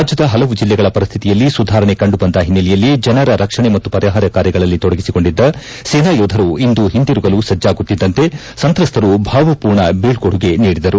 ರಾಜ್ಞದ ಪಲವು ಜಿಲ್ಲೆಗಳ ಪರಿಸ್ತಿತಿಯಲ್ಲಿ ಸುಧಾರಣೆ ಕಂಡುಬಂದ ಹಿನ್ನೆಲೆಯಲ್ಲಿ ಜನರ ರಕ್ಷಣೆ ಮತ್ತು ಪರಿಹಾರ ಕಾರ್ಯಗಳಲ್ಲಿ ತೊಡಗಿಸಿಕೊಂಡಿದ್ದ ಸೇನಾ ಯೋಧರು ಇಂದು ಹಿಂದಿರುಗಲು ಸಜ್ಜಾಗುತ್ತಿದ್ದಂತೆ ಸಂತ್ರಸ್ತರು ಭಾವರೂರ್ಣ ಬೀಳ್ಕೊಡುಗೆ ನೀಡಿದರು